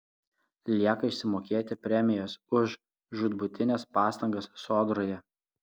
lieka išsimokėti premijas už žūtbūtines pastangas sodroje